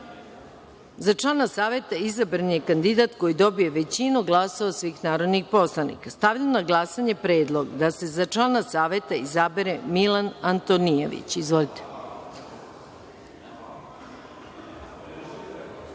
člana Saveta izabran je kandidat koji dobije većinu glasova od svih narodnih poslanika. Stavljam na glasanje Predlog, da se za član Saveta izabere Milan Antonijević. Izvolite. Stavljam